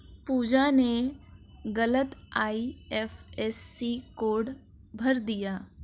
पूजा ने गलत IFSC code भर दिया